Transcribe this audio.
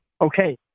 okay